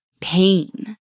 pain